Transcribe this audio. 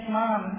mom